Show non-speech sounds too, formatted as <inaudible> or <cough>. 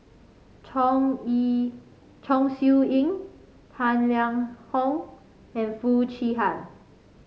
Chong <unintelligible> Chong Siew Ying Tang Liang Hong and Foo Chee Han